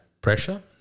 pressure